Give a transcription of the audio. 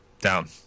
Down